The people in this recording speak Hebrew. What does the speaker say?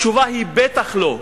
התשובה היא בטח לא.